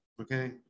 Okay